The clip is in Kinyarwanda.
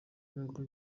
rwego